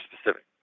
specific